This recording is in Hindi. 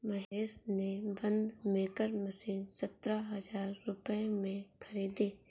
महेश ने बंद मेकर मशीन सतरह हजार रुपए में खरीदी